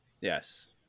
yes